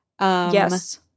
Yes